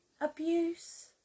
abuse